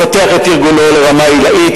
לפתח את ארגונו לרמה עילאית,